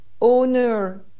owner